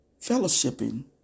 fellowshipping